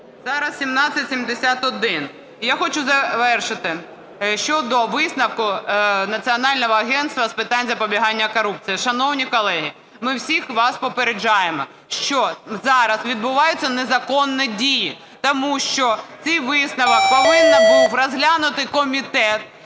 Зараз 1771. І я хочу завершити. Щодо висновку Національного агентства з питань запобігання корупції, шановні колеги, ми всіх вас попереджаємо, що зараз відбуваються незаконні дії, тому що цей висновок повинен був розглянути комітет